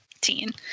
teen